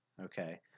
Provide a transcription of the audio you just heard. okay